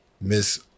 Miss